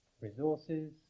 resources